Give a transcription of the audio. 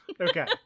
okay